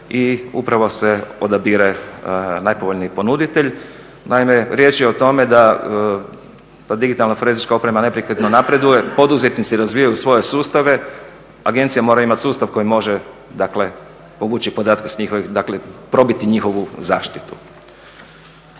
i upravo se odabire najpovoljniji ponuditelj. Naime, riječ je o tome da digitalna forenzička oprema neprekidno napreduje, poduzetnici razvijaju svoje sustave, agencija mora imati sustav koji može dakle povući podatke sa njihovih, dakle probiti njihovu zaštitu.